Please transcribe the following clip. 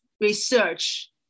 research